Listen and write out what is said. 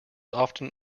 often